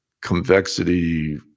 convexity